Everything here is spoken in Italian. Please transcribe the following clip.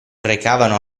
recavano